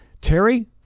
Terry